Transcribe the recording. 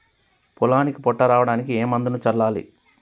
పొలానికి పొట్ట రావడానికి ఏ మందును చల్లాలి?